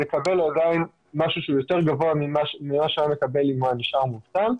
לקבל עדיין משהו שהוא יותר גבוה ממה שהיה מקבל אם הוא היה נשאר מובטל.